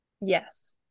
Yes